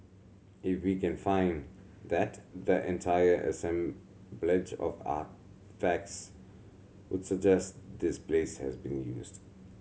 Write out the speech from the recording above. if we can find that the entire assemblage of artefacts would suggest this place has been used